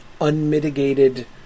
unmitigated